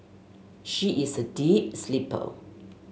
she is a deep sleeper